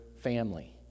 family